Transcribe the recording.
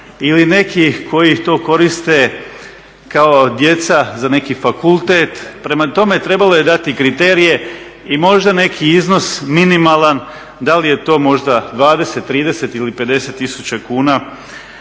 ili neki koji to koriste kao djeca za neki fakultet, prema tome trebalo je dati kriterije i možda neki iznos minimalan, da li je to možda 20, 30 ili 50 tisuća kuna.